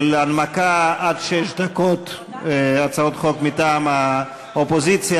הנמקה עד שש דקות בהצעות חוק מטעם האופוזיציה.